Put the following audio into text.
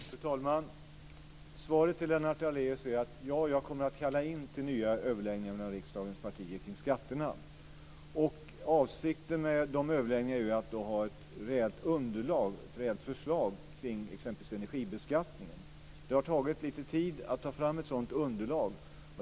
Fru talman! Svaret till Lennart Daléus är: Ja, jag kommer att kalla in till nya överläggningar mellan riksdagens partier om skatterna. Avsikten med de överläggningarna är ju att ha ett reellt underlag, ett reellt förslag, när det gäller exempelvis energibeskattningen. Det har tagit lite tid att ta fram ett sådant underlag.